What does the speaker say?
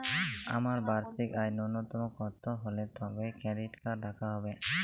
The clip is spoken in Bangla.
আমার বার্ষিক আয় ন্যুনতম কত হলে তবেই ক্রেডিট কার্ড রাখা যাবে?